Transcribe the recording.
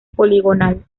poligonal